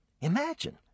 Imagine